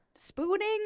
spooning